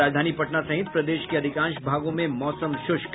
और राजधानी पटना सहित प्रदेश के अधिकांश भागों में मौसम शुष्क